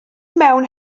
mewn